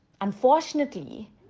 unfortunately